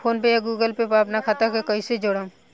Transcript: PhonePe या Google Pay पर अपना खाता के कईसे जोड़म?